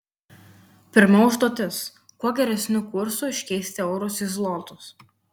pirma užduotis kuo geresniu kursu iškeisti eurus į zlotus